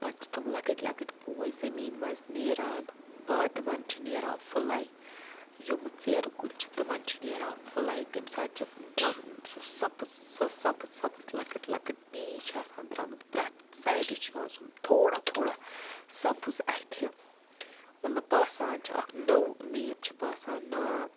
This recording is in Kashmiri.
پَتہٕ چھِ تٕم لۄکٕٹۍ لۄکٕٹۍ پوش زٔمیٖن منٛز نیران بادمَن چھِ نیران پھٕلے یِمہٕ ژیرٕ کُلۍ چھِ تِمَن چھِ نیران پھٕلے تمہِ ساتہٕ چھِ مطلب سُہ سَبٕز سۄ سَبٕز سَبٕز لۄکٕٹ لۄکٕٹ نیٖج چھےٚ آسان درٛامُت پرٛٮ۪تھ سایڈٕ چھِ یِوان سُہ تھوڑا تھوڑا سَبٕز اَتھِ مطلب باسان چھِ اَکھ نٔو اُمید چھِ باسان نا